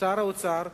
שר האוצר,